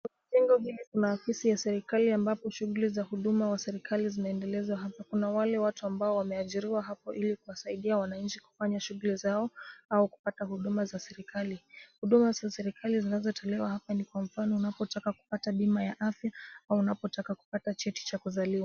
Jengo hili kuna ofisi ya serikali ambapo shughuli za huduma wa serikali zinaendelezwa. Kuna wale watu ambao wameajiriwa hapa ili wasaidie wananchi kufanya shughuli zao au kupata huduma za serikali. Huduma za serikali zinazotolewa hapa ni kwa mfano unapotaka kupata bima ya afya au unapotaka kupata cheti cha kuzaliwa.